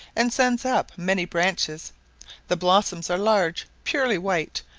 and sends up many branches the blossoms are large, purely white,